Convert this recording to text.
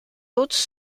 autres